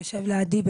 הוא יושב לידי,